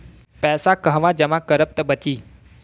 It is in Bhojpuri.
पैसा कहवा जमा करब त बची?